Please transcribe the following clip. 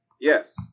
yes